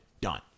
done